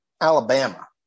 Alabama